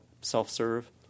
self-serve